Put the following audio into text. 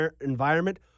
environment